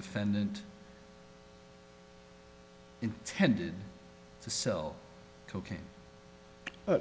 defendant intended to sell cocaine